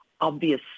obvious